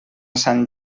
sant